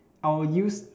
I will use